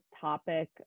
topic